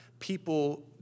people